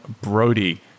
Brody